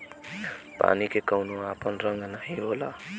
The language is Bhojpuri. पानी के कउनो आपन रंग नाही होला